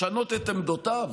לשנות את עמדותיו?